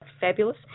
fabulous